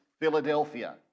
Philadelphia